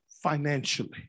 financially